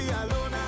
alone